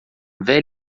velha